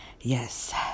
Yes